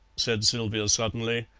said sylvia suddenly,